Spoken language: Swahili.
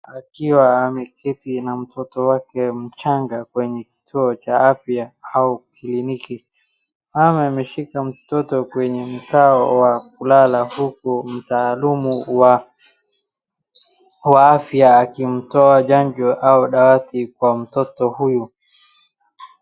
Akiwa ameketi na mtoto wake mchanga kwenye kituo cha afya au kliniki. Mama meshika mtoto kwenye mkao wa kulala huku mtaalumu wa afya akimtoa chanjo au dawati kwa mtoto huyu.